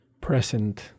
present